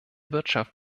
wirtschaft